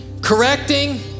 correcting